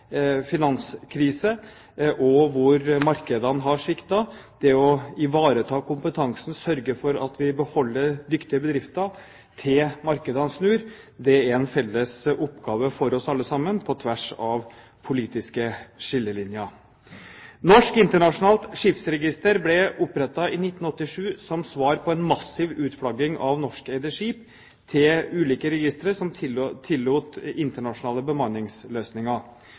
finanskrise der markedene har sviktet. Det å ivareta kompetansen og sørge for at vi beholder dyktige bedrifter til markedene snur, er en felles oppgave for oss alle, på tvers av politiske skillelinjer. Norsk Internasjonalt Skipsregister ble opprettet i 1987, som svar på en massiv utflagging av norskeide skip til ulike registre som tillot internasjonale bemanningsløsninger.